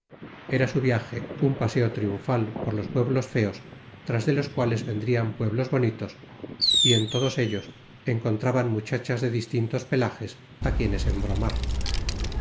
era su viaje un paseo triunfal por los pueblos feos tras de los cuales vendrían pueblos bonitos y en todos ellos encontraban muchachas de distintos pelajes a quienes embromar